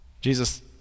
Jesus